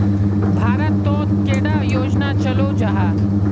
भारत तोत कैडा योजना चलो जाहा?